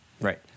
Right